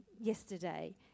yesterday